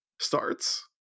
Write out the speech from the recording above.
starts